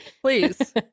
please